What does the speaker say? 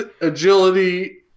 agility